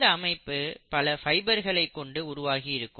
இந்த அமைப்பு பல ஃபைபர்களை கொண்டு உருவாகி இருக்கும்